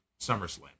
SummerSlam